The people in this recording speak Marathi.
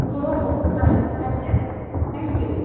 हो हो चालेल अच्छा थँक्यू